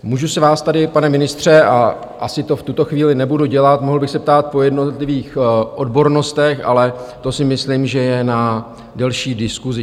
Můžu se vás tady, pane ministře a asi to v tuto chvíli nebudu dělat mohl bych se ptát po jednotlivých odbornostech, ale to si myslím, že je na delší diskusi.